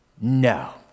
no